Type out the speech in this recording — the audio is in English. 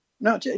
No